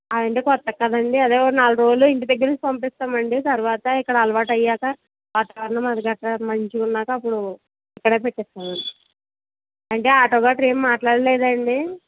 అంటే కొత్త కదండి అదే ఒక నాలుగు రోజులు ఇంటి దగ్గర నుండి పంపిస్తామండి తరువాత ఇక్కడ అలవాటయ్యాక వాతావరణం మరిగాకా మంచిగా ఉన్నాక అప్పుడు ఇక్కడ పెట్టిస్తామండి అంటే ఆటో గట్రా ఏమీ మాట్లాడలేదు అండి